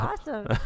awesome